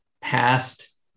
past